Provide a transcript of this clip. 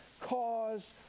cause